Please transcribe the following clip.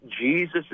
Jesus